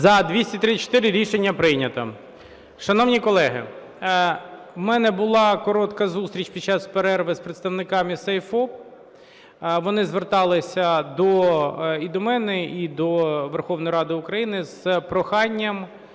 За-234 Рішення прийнято. Шановні колеги, у мене була коротка зустріч під час перерви з представниками "Save ФОП". Вони зверталися і до мене, і до Верховної Ради України з проханням